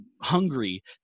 hungry